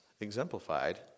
exemplified